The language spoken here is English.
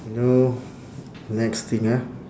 now next thing ah